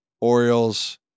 orioles